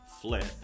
flip